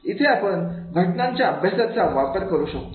इथे आपण घटनांच्या अभ्यासाचा वापर करू शकतो